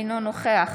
אינו נוכח